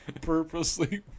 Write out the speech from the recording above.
purposely